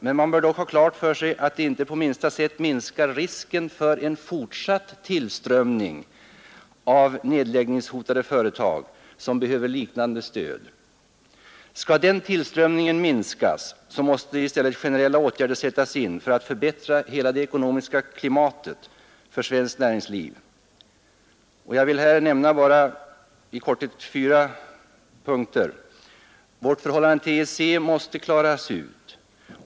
Men man måste då ha klart för sig att de inte på minsta sätt minskar risken för en fortsatt tillströmning av nedläggningshotade företag som behöver liknande stöd. Skall den tillströmningen minskas måste i stället generella åtgärder sättas in för att förbättra hela det ekonomiska klimatet för svenskt näringsliv. Jag vill här i korthet nämna fyra punkter. Den första är att vårt förhållande till EEC måste klaras ut.